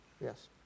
Yes